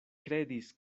kredis